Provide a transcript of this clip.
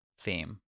theme